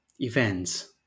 events